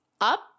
up